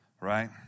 right